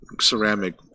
ceramic